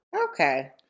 okay